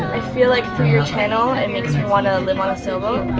i feel like, through your channel, it makes me want to live on a sail boat.